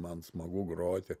man smagu groti